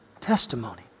testimony